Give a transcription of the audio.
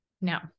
Now